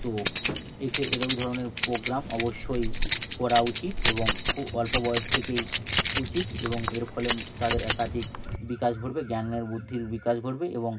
তো এখে এরম ধরনের পোগ্রাম অবশ্যই করা উচিত এবং খুব অল্প বয়স থেকেই উচিত এবং এর ফলে তাদের একাধিক বিকাশ ঘটবে জ্ঞান ও বুদ্ধির বিকাশ ঘটবে এবং